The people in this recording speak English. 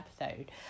episode